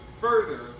further